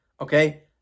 Okay